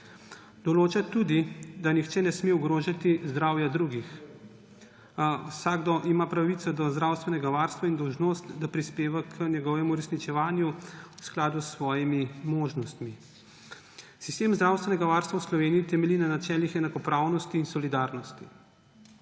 Določa tudi, da nihče ne sme ogrožati zdravja drugih. Vsakdo ima pravico do zdravstvenega varstva in dolžnost, da prispeva k njegovemu uresničevanju v skladu z svojimi možnostmi. Sistem zdravstvenega varstva v Sloveniji temelji na načelih enakopravnosti in solidarnosti,